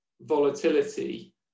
volatility